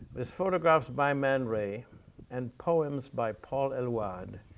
is photographs by man ray and poems by paul eluard,